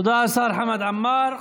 תודה, השר חמד עמאר.